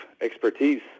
expertise